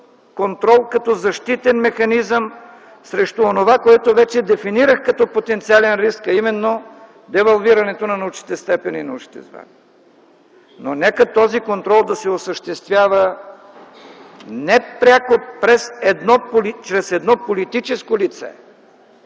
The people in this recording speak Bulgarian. контрол като защитен механизъм срещу онова, което вече дефинирах като потенциален риск, а именно девалвирането на научните степени и научните звания, но нека този контрол да се осъществява не пряко чрез едно политическо лице,